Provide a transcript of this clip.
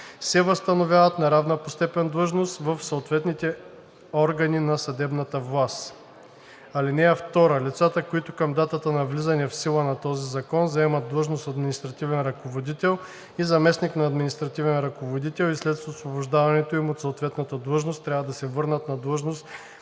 се възстановяват на равна по степен длъжност в съответните органи на съдебната власт. (2) Лицата, които към датата на влизането в сила на този закон заемат длъжност административен ръководител и заместник на административен ръководител и след освобождаването им от съответната длъжност трябва да се върнат на длъжност